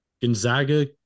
Gonzaga